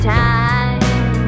time